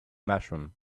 mushroom